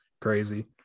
crazy